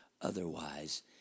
Otherwise